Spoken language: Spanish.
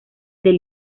del